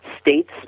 States